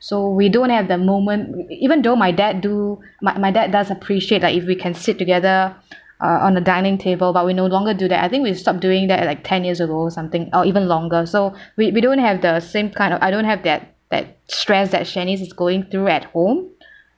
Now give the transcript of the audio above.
so we don't have the moment even though my dad do my my dad does appreciate like if we can sit together uh on the dining table but we no longer do that I think we've stopped doing that like ten years ago or something or even longer so we don't have the same kind of I don't have that that stress that shanice is going through at home